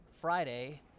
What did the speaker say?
Friday